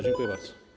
Dziękuję bardzo.